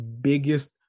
biggest